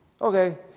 Okay